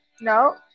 No